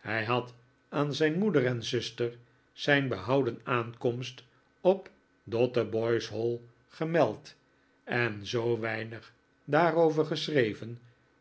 hij had aan zijn moeder en zuster zijn behouden aankomst op dotheboys hall gemeld en zoo weinig daarover geschreven